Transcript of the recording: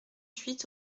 huit